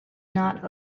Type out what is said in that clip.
not